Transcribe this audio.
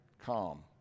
calm